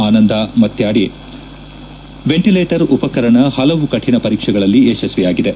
ಆನಂದ ಮಾತನಾಡಿ ವೆಂಟಲೇಟರ್ ಉಪಕರಣ ಹಲವು ಕೌಣ ಪರೀಕ್ಷೆಗಳಲ್ಲಿ ಯಶಸ್ವಿಯಾಗಿದೆ